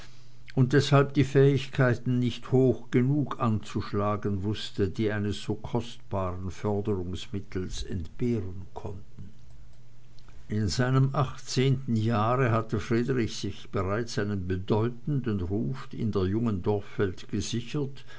und deshalb die fähigkeiten nicht hoch genug anzuschlagen wußte die eines so kostbaren förderungsmittels entbehren konnten in seinem achtzehnten jahre hatte friedrich sich bereits einen bedeutenden ruf in der jungen dorfwelt gesichert